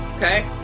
Okay